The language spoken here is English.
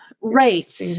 right